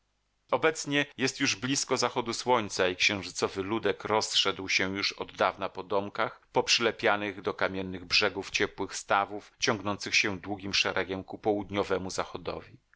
obecnie jest już blisko zachodu słońca i księżycowy ludek rozszedł się już od dawna po domkach poprzylepianych do kamiennych brzegów ciepłych stawów ciągnących się długim szeregiem ku południowemu zachodowi